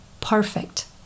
perfect